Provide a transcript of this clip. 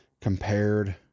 compared